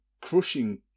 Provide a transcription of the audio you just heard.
crushing